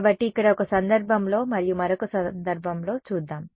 కాబట్టి ఇక్కడ ఒక సందర్భంలో మరియు మరొక సందర్భంలో చూద్దాం